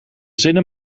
zinnen